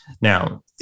Now